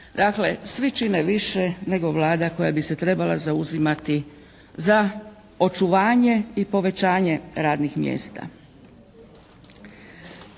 Dakle svi čine više nego Vlada koja bi se trebala zauzimati za očuvanje i povećanje radnih mjesta.